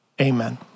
amen